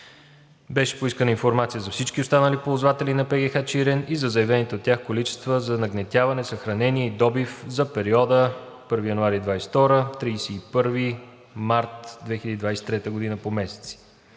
Беше поискана информация за всички останали ползватели на ПГХ „Чирен“ и за заявените от тях количествата за нагнетяване, съхранение и добив за периода 1 януари 2022 г. – 31 март 2023 г. по месеци,